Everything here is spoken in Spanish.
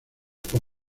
por